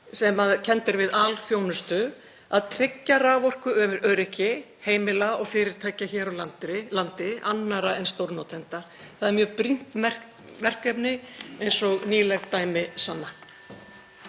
sem kennd er við alþjónustu, að tryggja raforkuöryggi heimila og fyrirtækja hér á landi annarra en stórnotenda? Það er mjög brýnt verkefni, eins og nýleg dæmi sanna.